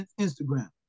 Instagram